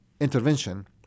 intervention